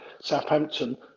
Southampton